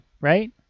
Right